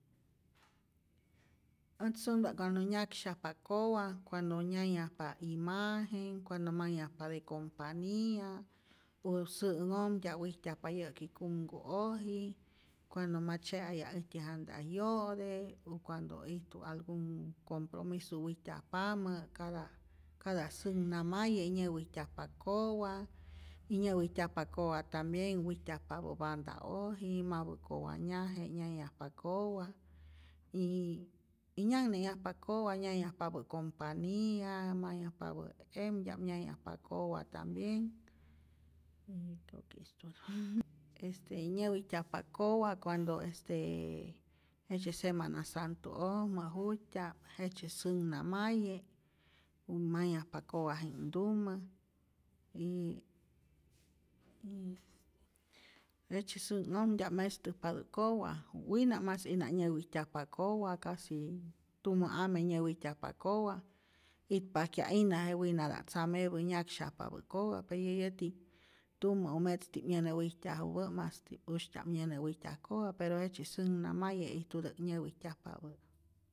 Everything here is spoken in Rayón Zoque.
Ät sunpa't cuando nyaksyajpa kowa, cuando nyayajpa imagen, cuando manhyajpa de compania, u sä'nhojtya'p wijtyajpa yä'ki kumku'oji, cuando ma tzyeayaj äjtyä janta' 'yo'te, u cuando ijtu algun compromiso wijtyajpamä, cada cada sänhnamaye' nyäwijtyajpa kowa, nyäwijtayjpa kowa tambien wijtyajpapä banda'oj, nyämapä kowanyaje nyayajpa kowa, y nyanhayajpa kowa nyayajpapä' compania, mayajpapä emtya'p nyayajpa kowa tambien, yo creo que solo, este nyäwijtyajpa kowa cuando este jejtzye semana santo'ojmä jut'tya'p, jejtzye sänhnamaye' u mayajpa kowaji'knhtumä y y jejtye sä'nhojtya'p mestäjpatä'k kowa, wina' mas'ijna nyawijtyajpa kowa, casi tumä ame nyäwijtyajpa kowa, itpajkya'ijna je winata'p tzamepät nyaksyajpapä' kowa pe ya yäti tumä o metzti'p nyä'näwijtyajupä' mas'ti'p ustya'p nyänäwijtyaj kowa, pero jejtzye sänhnamaye ijtutä'k nyawijtyajpapä'i.